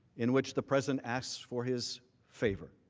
in which the president asks for his favor.